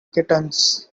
kittens